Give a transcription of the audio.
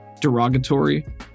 derogatory